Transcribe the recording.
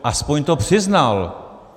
Aspoň to přiznal.